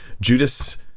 Judas